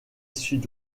sud